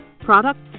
products